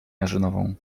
jarzynową